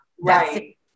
right